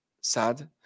sad